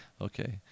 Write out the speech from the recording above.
Okay